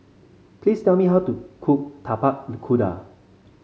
please tell me how to cook Tapak Kuda